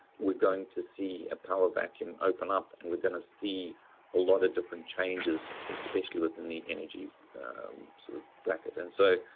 we're going to see a power vacuum open up and we're going to see a lot of different changes, especially within the energy sort of bracket. and so,